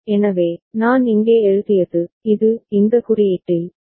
JA C' KA 1 JB 1 KB 1 JC AB KC 1 எனவே நான் இங்கே எழுதியது இது இந்த குறியீட்டில்